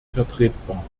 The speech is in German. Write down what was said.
vertretbar